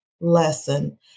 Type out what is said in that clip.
lesson